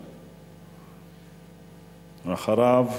אחריו,